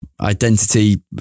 identity